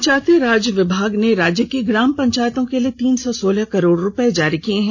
पंचायत राज विभाग ने राज्य की ग्राम पंचायतों के लिए तीन सौ सोलह करोड़ रुपए जारी किए हैं